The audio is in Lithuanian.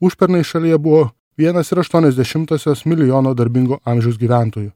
užpernai šalyje buvo vienas ir aštuonios dešimtosios milijono darbingo amžiaus gyventojų